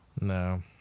No